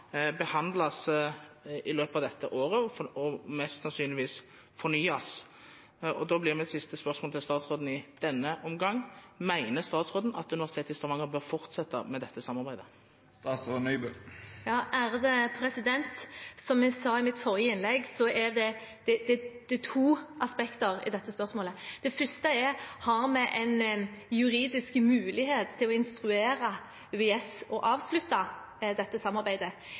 behandles i løpet av dette året, og mest sannsynlig fornyes. Da blir mitt siste spørsmål til statsråden i denne omgang: Mener statsråden at Universitetet i Stavanger bør fortsette med dette samarbeidet? Som jeg sa i mitt forrige innlegg, er det to aspekter ved dette spørsmålet. Det første er: Har vi en juridisk mulighet til å instruere UiS med hensyn til å avslutte dette samarbeidet?